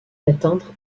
d’atteindre